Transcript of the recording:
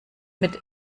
mit